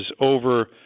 over